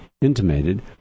intimated